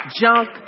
junk